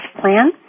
Plan